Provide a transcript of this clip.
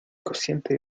cociente